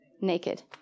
naked